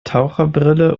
taucherbrille